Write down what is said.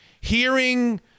hearing